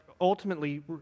ultimately